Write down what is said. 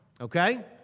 Okay